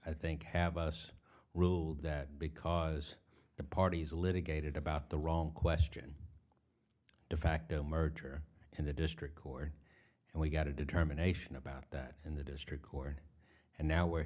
i think have us ruled that because the parties litigated about the wrong question de facto merger in the district court and we got a determination about that in the district court and now we're